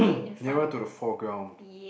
nearer to the foreground